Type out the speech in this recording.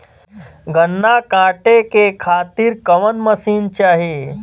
गन्ना कांटेके खातीर कवन मशीन चाही?